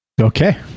Okay